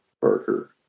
Parker